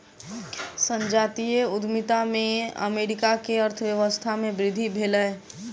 संजातीय उद्यमिता से अमेरिका के अर्थव्यवस्था में वृद्धि भेलै